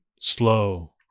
slow